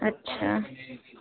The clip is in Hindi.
अच्छा